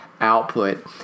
output